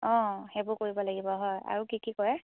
অঁ সেইবোৰ কৰিব লাগিব হয় আৰু কি কি কৰে